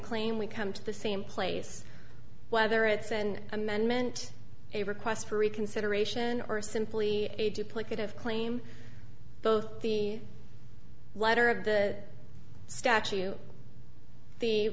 claim we come to the same place whether it's an amendment a request for reconsideration or simply a duplicate of claim both the letter of the statue the